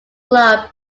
club